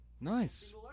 Nice